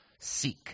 seek